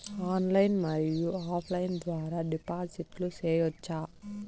Online మరియు offline ద్వారా డిపాజిట్లు సేయొచ్చా?